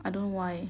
I don't know why